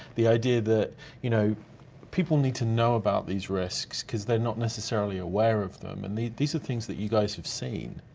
the idea that you know people need to know about these risks cause they're not necessarily aware of them, and these are things that you guys have seen.